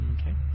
Okay